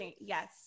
Yes